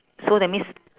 so that means